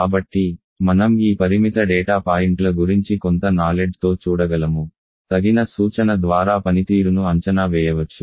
కాబట్టి మనం ఈ పరిమిత డేటా పాయింట్ల గురించి కొంత నాలెడ్జ్ తో చూడగలము తగిన సూచన ద్వారా పనితీరును అంచనా వేయవచ్చు